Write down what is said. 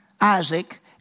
Isaac